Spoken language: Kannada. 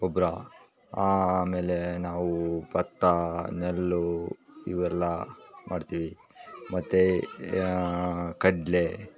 ಗೊಬ್ಬರ ಆಮೇಲೆ ನಾವು ಭತ್ತ ನೆಲ್ಲು ಇವೆಲ್ಲ ಮಾಡ್ತೀವಿ ಮತ್ತು ಕಡಲೆ